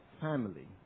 family